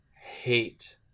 hate